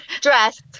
dressed